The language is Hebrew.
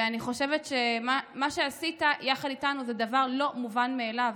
ואני חושבת שמה שעשית יחד איתנו זה דבר לא מובן מאליו,